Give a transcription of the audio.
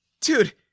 Dude